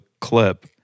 clip